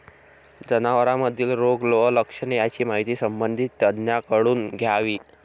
जनावरांमधील रोग व लक्षणे यांची माहिती संबंधित तज्ज्ञांकडून घ्यावी